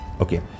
okay